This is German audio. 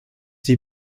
die